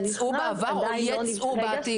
יצאו בעבר או ייצאו בעתיד?